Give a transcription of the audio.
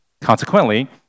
Consequently